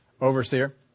overseer